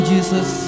Jesus